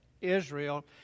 Israel